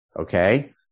Okay